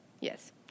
Yes